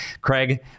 Craig